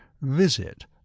visit